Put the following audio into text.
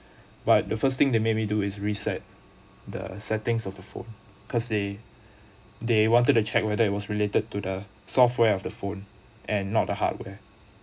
but the first thing they made me do is reset the settings of the phone cause they they wanted to check whether it was related to the software of the phone and not the hardware